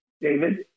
David